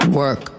work